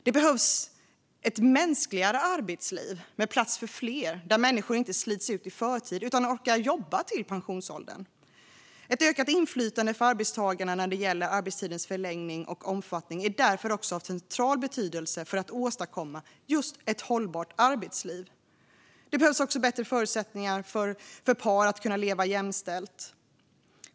Det behövs ett mänskligare arbetsliv med plats för fler, där människor inte slits ut i förtid utan orkar jobba till pensionsåldern. Ett ökat inflytande för arbetstagarna när det gäller arbetstidens förläggning och omfattning är därför av central betydelse för att åstadkomma ett hållbart arbetsliv. Det behövs också bättre förutsättningar för par att leva jämställt.